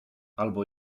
albo